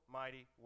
mighty